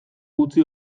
utzi